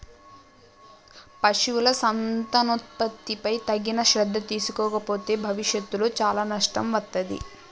పశువుల సంతానోత్పత్తిపై తగిన శ్రద్ధ తీసుకోకపోతే భవిష్యత్తులో చాలా నష్టం వత్తాది